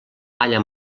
malla